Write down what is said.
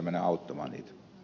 arvoisa puhemies